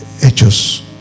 Hechos